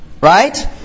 Right